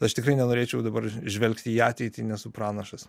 aš tikrai nenorėčiau dabar žvelgti į ateitį nesu pranašas